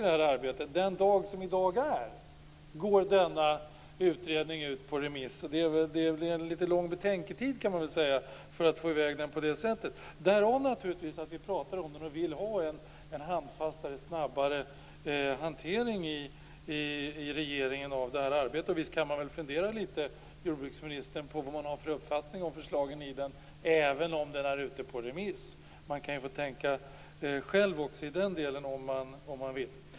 Utredningen går ut på remiss den dag som i dag är, och det är litet lång betänketid. Det är därför vi pratar om den och vill ha en mer handfast och snabbare hantering av det här arbetet från regeringens sida. Visst kan man väl, jordbruksministern, fundera litet på vilken uppfattning man har om förslagen i utredningen, även om den är ute på remiss? Man kan ju tänka själv om man vill.